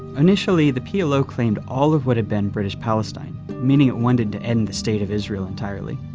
initially, the plo claimed all of what had been british palestine, meaning it wanted to end the state of israel entirely.